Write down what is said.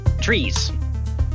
Trees